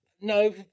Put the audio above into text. No